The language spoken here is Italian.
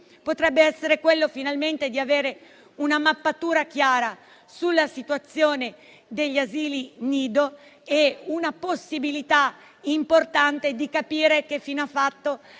potrebbe essere quello di avere finalmente una mappatura chiara sulla situazione degli asili nido e una possibilità importante di capire che fine ha fatto